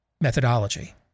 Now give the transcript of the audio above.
methodology